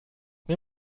mir